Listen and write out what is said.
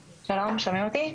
שלום, שומעים אותי?